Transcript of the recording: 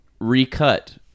recut